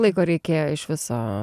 laiko reikėjo iš viso